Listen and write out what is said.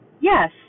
Yes